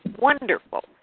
wonderful